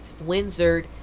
Windsor